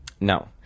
no